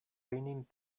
raining